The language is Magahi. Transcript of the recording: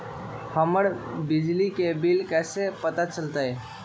हमर बिजली के बिल कैसे पता चलतै?